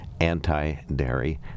anti-dairy